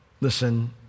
Listen